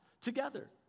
together